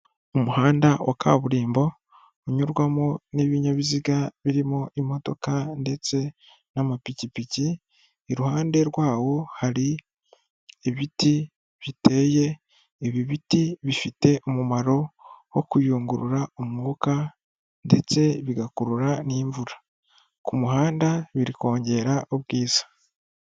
Umuhanda wa kaburimbo unyurwamo n'ibinyabiziga birimo imodoka ndetse n'amapikipiki iruhande rwawo, hari ibiti biteye ibi biti bifite umumaro wo kuyungurura, umwuka ndetse bigakurura n'imvura, ku muhanda biri kongera ubwiza.